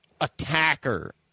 attacker